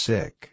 Sick